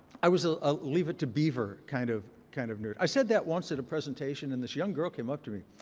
i was ah a leave it to beaver kind of kind of nerd. i said that once at a presentation, and this young girl came up to me.